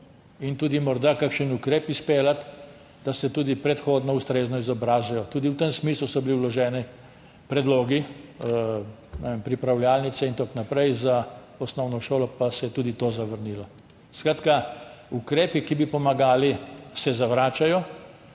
In morda tudi kakšen ukrep izpeljati, da se tudi predhodno ustrezno izobrazijo. Tudi v tem smislu so bili vloženi predlogi, ne vem, pripravljalnice in tako naprej, za osnovno šolo, pa se je tudi to zavrnilo. Skratka, ukrepi, ki bi pomagali, se zavračajo.